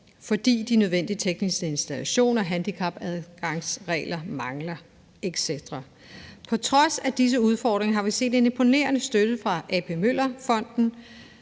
fordi de nødvendige tekniske installationer og handicapadgang mangler etc. På trods af disse udfordringer har vi set en imponerende støtte fra A.P. Møller Fonden,